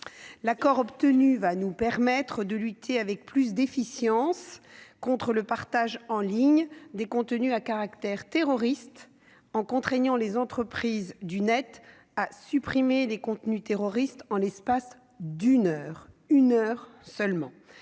L'accord obtenu va nous permettre de lutter avec plus d'efficience contre le partage en ligne des contenus à caractère terroriste, en contraignant les entreprises du Net à supprimer les contenus terroristes en l'espace d'une heure seulement.